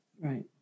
Right